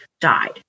died